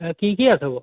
এ কি কি আছে বাৰু